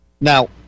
Now